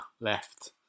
left